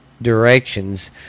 directions